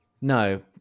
no